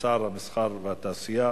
לשר התעשייה,